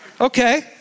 Okay